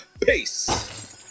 Peace